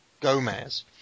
Gomez